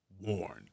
warned